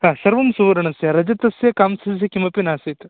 सर्वं सुवर्णस्य रजतस्य कांसस्य किमपि नासीत्